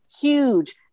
huge